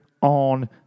on